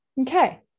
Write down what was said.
Okay